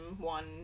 One